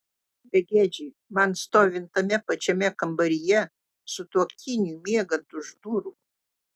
begėdžiai man stovint tame pačiame kambaryje sutuoktiniui miegant už durų